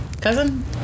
Cousin